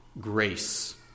grace